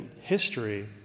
history